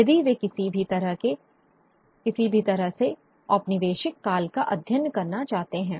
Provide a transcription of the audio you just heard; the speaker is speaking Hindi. यदि वे किसी भी तरह से औपनिवेशिक काल का अध्ययन करना चाहते हैं